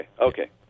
okay